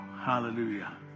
hallelujah